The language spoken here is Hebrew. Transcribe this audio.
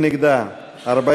ההסתייגות של קבוצת סיעת יש עתיד